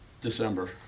December